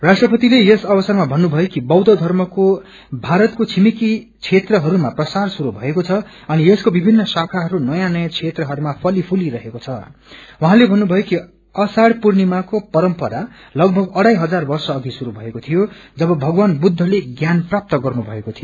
राष्ट्रपतिले यस अवसरमा भन्नुथयो कि बौद्ध धर्मको भारतको छिमेकी क्षेत्रहरूमा प्रसार शुरू भएको छ अनि यसको विभिन्न शाखाहरू नयाँ नयाँ क्षेत्रहरूमा फलिफुलि रहेको छं उहाँले भन्नुभयो कि आषाढ़ पूर्णिमाको परम्परा लगभग अढ़ाई हजार वर्ष अघि शुरू भएको थियो जब महात्मा बुद्धले ज्ञान प्राप्त गर्नुभएको थियो